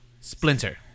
Splinter